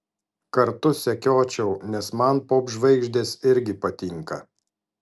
kartu sekiočiau nes man popžvaigždės irgi patinka